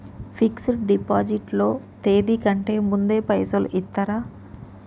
Fix డ్ deposit లో తేది కంటే ముందే పైసలు ఇత్తరా?